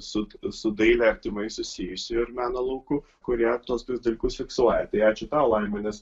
su su daile artimai susijusi ir meno lauku kurioje tuos tris dalykus fiksuoja tai ačiū tau laima nes